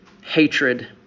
hatred